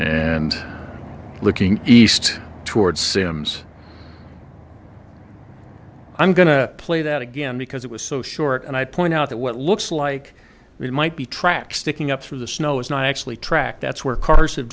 and looking east toward simms i'm going to play that again because it was so short and i point out that what looks like me might be tracks sticking up through the snow is not actually tracked that's where cars ha